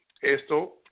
esto